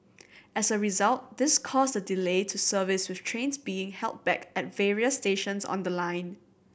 as a result this caused a delay to service with trains being held back at various stations on the line